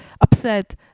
upset